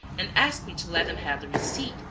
and asked me to let them have the receipt,